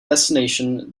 destination